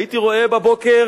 הייתי רואה בבוקר,